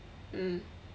mm